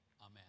Amen